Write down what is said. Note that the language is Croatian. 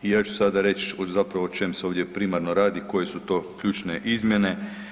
I ja ću sada reć zapravo o čem se ovdje primarno radi, koje su to ključne izmjene.